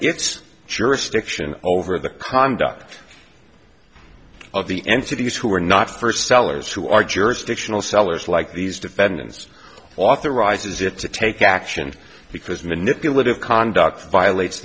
its jurisdiction over the conduct of the entities who are not first sellers who are jurisdictional sellers like these defendants authorizes it to take action because manipulative conduct violates